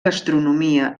gastronomia